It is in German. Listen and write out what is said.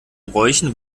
bräuchen